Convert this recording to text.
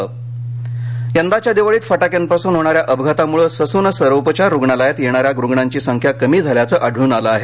ससन फटाके यंदाच्या दिवाळीत फटक्यांपासून होणा या अपघातामुळे ससून सर्वोपचार रूग्णालयात येणा या रूग्णांची संख्या कमी झाल्याचं आढळून आलं आहे